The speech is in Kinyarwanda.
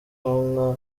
konka